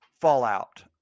fallout